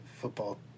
football